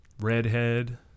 redhead